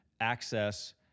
access